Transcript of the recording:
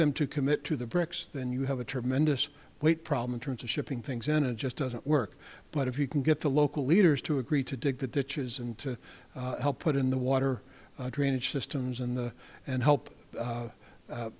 them to commit to the bricks then you have a tremendous weight problem in terms of shipping things in and just doesn't work but if you can get the local leaders to agree to dig the ditches and to help put in the water drainage systems in the and help